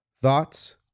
thoughts